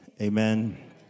amen